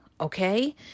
okay